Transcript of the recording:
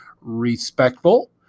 respectful